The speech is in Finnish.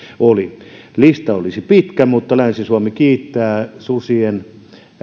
puhuttiin lista olisi pitkä mutta länsi suomi kiittää susien